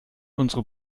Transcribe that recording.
unsere